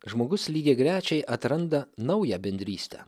žmogus lygiagrečiai atranda naują bendrystę